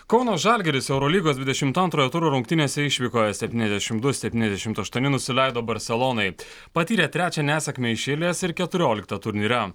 kauno žalgiris eurolygos dvidešimt antrojo turo rungtynėse išvykoje septyniasdešimt du septyniasdešimt aštuoni nusileido barselonai patyrė trečią nesėkmę iš eilės ir keturioliktą turnyre